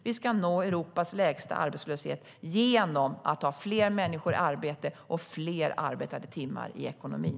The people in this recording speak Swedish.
Vi ska nå Europas lägsta arbetslöshet genom att ha fler människor i arbete och fler arbetade timmar i ekonomin.